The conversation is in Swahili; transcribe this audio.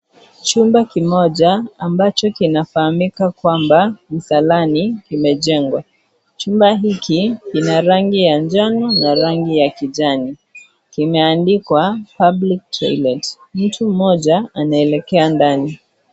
Chumba kimoja ambapo kinafaamika kwamba msalani imejengwa chumba hiki kina rangi ya njano na rangi ya kijani kimeandikwa 'public toilet' mtu mmoja anaelekea ndani.